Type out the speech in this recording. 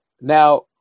Now